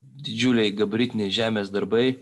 didžiuliai gabaritiniai žemės darbai